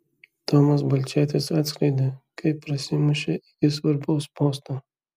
tomas balčėtis atskleidė kaip prasimušė iki svarbaus posto